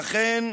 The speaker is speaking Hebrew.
אכן,